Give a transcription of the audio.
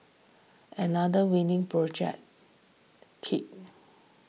another winning project kit